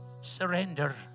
Surrender